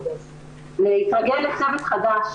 להתרגל לצוות חדש.